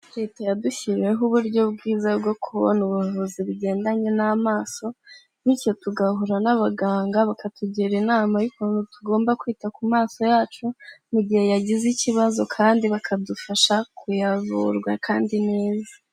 Leta yadushyiriyeho uburyo bwiza bwo kubona ubuvuzi bugendanye n'amaso bityo tugahura n'abaganga bakatugira inama y'ukuntu tugomba kwita ku maso yacu mu gihe yagize ikibazo kandi bakadufasha kuyavura kandi neza.